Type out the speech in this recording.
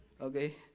Okay